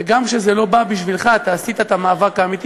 וגם כשזה לא בא בשבילך אתה עשית את המאבק האמיתי